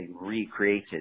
recreated